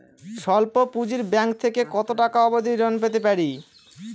স্বল্প পুঁজির ব্যাংক থেকে কত টাকা অবধি ঋণ পেতে পারি?